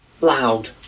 loud